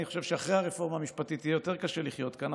אני חושב שאחרי הרפורמה המשפטית יהיה יותר קשה לחיות כאן.